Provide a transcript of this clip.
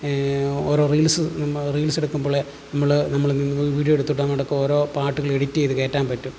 ഓരോ റീൽസ് നമ്മൾ റീൽസ് എടുക്കുമ്പോൾ നമ്മൾ നമ്മൾ എന്തെങ്കിലും വീഡിയോ എടുത്തിട്ടങ്ങോട്ടൊക്കെ ഓരോ പാട്ടുകൾ എഡിറ്റ് ചെയ്ത് കയറ്റാൻ പറ്റും